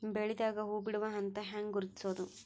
ಬೆಳಿದಾಗ ಹೂ ಬಿಡುವ ಹಂತ ಹ್ಯಾಂಗ್ ಗುರುತಿಸೋದು?